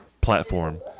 platform